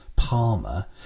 palmer